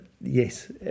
yes